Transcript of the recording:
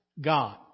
God